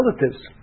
relatives